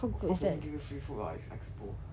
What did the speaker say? of course they need to give you free food [what] it's expo